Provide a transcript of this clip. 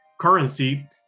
currency